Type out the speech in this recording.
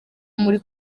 muri